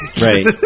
Right